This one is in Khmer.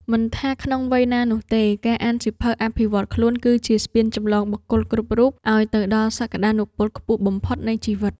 មិនថាក្នុងវ័យណានោះទេ ការអានសៀវភៅអភិវឌ្ឍខ្លួនគឺជាស្ពានចម្លងបុគ្គលគ្រប់រូបឱ្យទៅដល់សក្ដានុពលខ្ពស់បំផុតនៃជីវិត។